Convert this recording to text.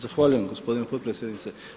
Zahvaljujem gospodine potpredsjednice.